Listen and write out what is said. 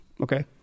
okay